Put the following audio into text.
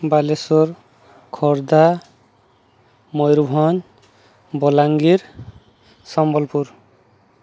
Balasore Khordha Mayurbhanj Balangir Sambalpur